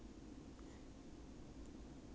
你身体直就会浮上来了